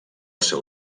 seu